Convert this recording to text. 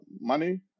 money